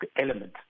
element